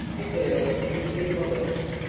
a girl and two boys.